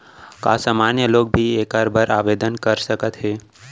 का सामान्य लोग भी एखर बर आवदेन कर सकत हे?